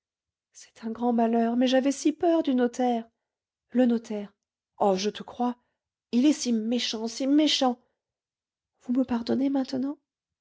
c'est un grand malheur mais j'avais si peur du notaire le notaire oh je te crois il est si méchant si méchant vous me pardonnez maintenant